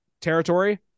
Territory